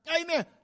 amen